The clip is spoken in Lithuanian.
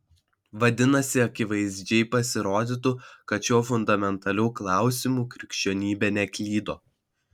vadinasi akivaizdžiai pasirodytų kad šiuo fundamentaliu klausimu krikščionybė neklydo